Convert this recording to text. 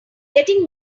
getting